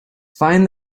find